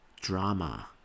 drama